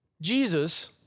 Jesus